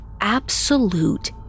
absolute